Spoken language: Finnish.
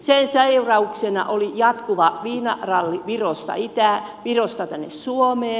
sen seurauksena oli jatkuva viinaralli virosta tänne suomeen